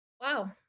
Wow